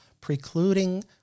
precluding